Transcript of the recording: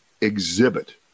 exhibit